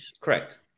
Correct